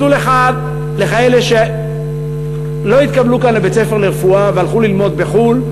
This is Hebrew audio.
מסלול אחד לכאלה שלא התקבלו כאן לבית-ספר לרפואה והלכו ללמוד בחו"ל,